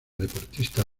deportista